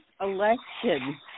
election